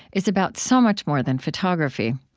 is about so much more than photography.